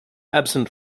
absent